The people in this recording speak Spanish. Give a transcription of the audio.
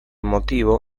motivo